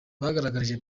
bagaragarije